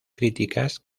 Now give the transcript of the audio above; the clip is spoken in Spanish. críticas